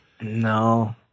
No